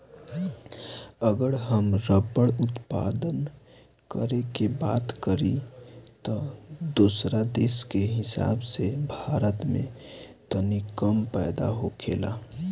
अगर हम रबड़ उत्पादन करे के बात करी त दोसरा देश के हिसाब से भारत में तनी कम पैदा होखेला